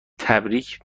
تبریک